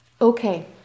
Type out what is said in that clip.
okay